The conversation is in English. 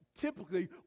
Typically